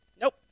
Nope